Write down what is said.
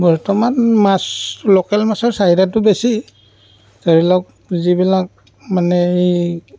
বৰ্তমান মাছ লোকেল মাছৰ চাহিদাটো বেছি ধৰি লওক যিবিলাক মানে এই